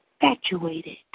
infatuated